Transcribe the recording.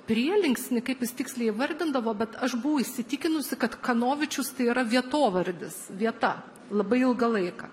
prielinksnį kaip jis tiksliai įvardindavo bet aš buvau įsitikinusi kad kanovičius tai yra vietovardis vieta labai ilgą laiką